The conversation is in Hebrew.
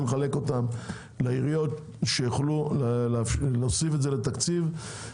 נחלק אותם לעיריות שיוכלו להוסיף את זה לתקציב.